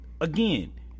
again